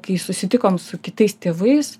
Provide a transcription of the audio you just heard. kai susitikom su kitais tėvais